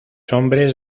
hombres